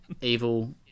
evil